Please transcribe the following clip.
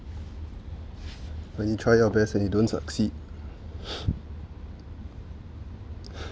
when you try your best and you don't succeed